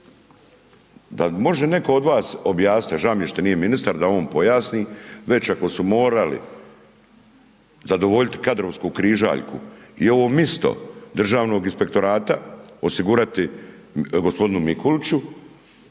Dal' može netko od vas objasnit, a ža' mi je šta nije ministar da on pojasni, već ako su morali zadovoljit kadrovsku križaljku i ovo misto Državnog inspektorata osigurati gospodinu Mikuliću,